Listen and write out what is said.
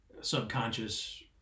subconscious